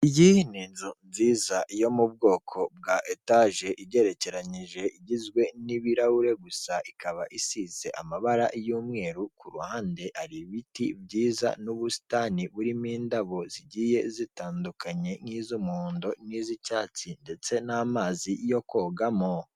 Iyi ni inzu nziza yo mu bwoko bwa etaje igerekeranije, igizwe n'ibirahure gusa, ikaba isize amabara y'umweru, ku ruhande hari ibiti byiza n'ubusitani burimo indabo zigiye zitandukanye nk'iz'umuhondo n'iz'icyatsi ndetse n'amazi yo kogamo.